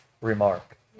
remark